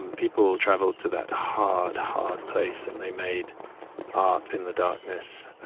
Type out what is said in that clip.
um people traveled to that hard, hard place, and they made art in the darkness,